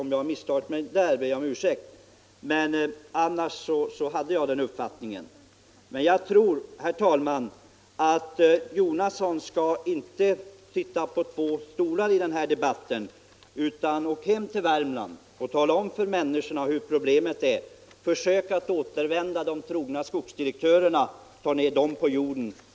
I så fall ber jag herr Jonasson om ursäkt. naturvårdslagen Jag tycker dock, herr talman, att herr Jonasson inte skall sitta på två — och skogsvårdsla stolar i denna debatt. Åk hem till Värmland, herr Jonasson, och tala — gen, m.m. om för människorna där vilka problemen är. Försök omvända de trogna skogsdirektörerna och tag ner dem på jorden.